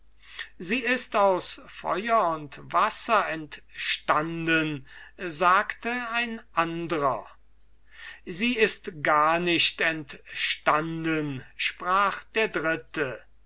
sie ist aus feuer und wasser entstanden sagte ein andrer sie ist gar nicht entstanden sprach der dritte